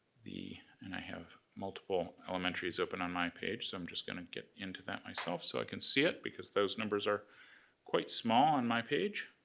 and i have multiple elementaries open on my page, so i'm just gonna get into that myself so i can see it because those numbers are quite small on my page.